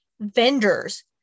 vendors